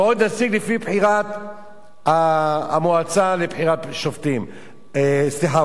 ועוד נציג לפי בחירת לשכת עורכי-הדין.